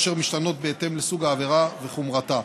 אשר משתנות בהתאם לסוג העבירה וחומרתה.